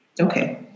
Okay